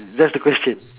that's the question